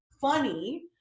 funny